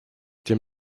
тем